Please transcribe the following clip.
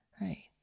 right